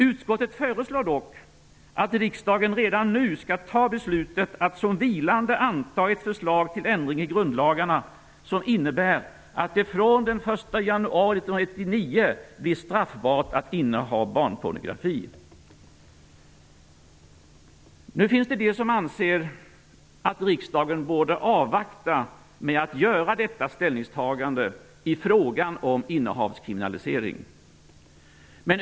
Utskottet föreslår dock att riksdagen redan nu skall fatta beslutet att som vilande anta ett förslag till ändring i grundlagarna som innebär att det från den Nu finns det de som anser att riksdagen borde avvakta med att göra detta ställningstagande i frågan om innehavskriminalisering.